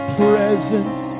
presence